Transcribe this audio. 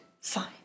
fine